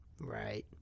Right